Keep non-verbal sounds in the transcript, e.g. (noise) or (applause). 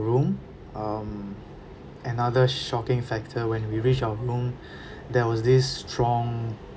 room um another shocking factor when we reach our room (breath) there was this strong